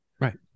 Right